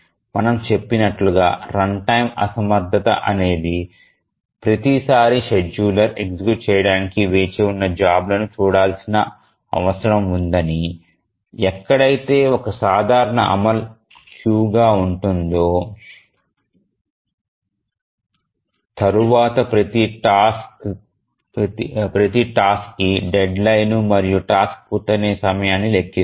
మనము చెప్పినట్లుగా run time అసమర్థత అనేది ప్రతి సారీ షెడ్యూలర్ ఎగ్జిక్యూట్ చేయడానికి వేచి ఉన్న జాబ్ లను చూడాల్సిన అవసరం ఉందని ఎక్కడైతే ఒక సాధారణ అమలు క్యూగా ఉంటుందో మరియు తరువాత ప్రతి టాస్క్కి డెడ్లైన్ను మరియు టాస్క్ పూర్తయ్యే సమయాన్ని లెక్కిస్తుంది